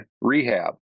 rehab